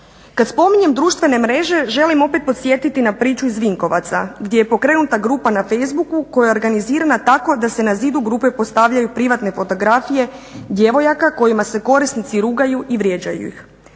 Kad spominjem društvene mreže, želim opet podsjetiti na priču iz Vinkovaca gdje je pokrenuta grupa na Facebooku koja je organizirana tako da se na zidu grupe postavljaju privatne fotografije djevojaka kojima se korisnici rugaju i vrijeđaju ih.